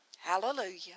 Hallelujah